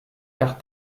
par